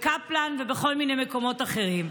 בקפלן ובכל מיני מקומות אחרים.